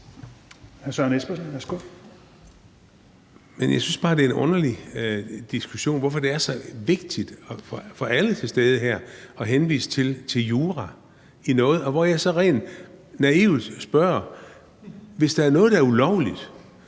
jeg synes bare, det er en underlig diskussion, altså hvorfor det er så vigtigt for alle, der er til stede her, at henvise til jura. Rent naivt spørger jeg så, at hvis der er noget ulovligt,